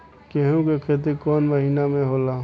गेहूं के खेती कौन महीना में होला?